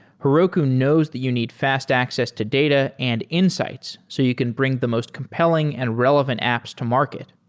heroku knows that you need fast access to data and insights so you can bring the most compelling and relevant apps to market.